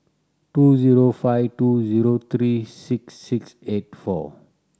two zero five two zero three six six eight four